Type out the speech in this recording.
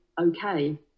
okay